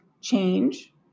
change